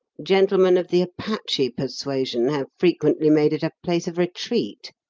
gentlemen of the apache persuasion have frequently made it a place of retreat.